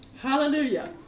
Hallelujah